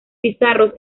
pizarro